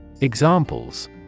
Examples